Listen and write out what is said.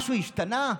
משהו השתנה?